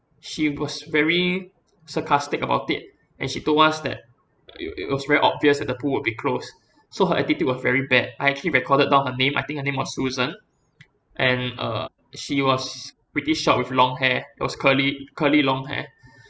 she was very sarcastic about it and she told us that it it was very obvious that the pool would be closed so her attitude was very bad I actually recorded down her name I think her name was susan and uh she was pretty short with long hair it was curly curly long hair